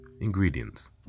Ingredients